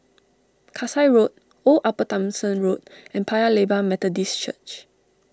Kasai Road Old Upper Thomson Road and Paya Lebar Methodist Church